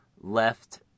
left